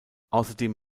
außerdem